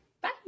Bye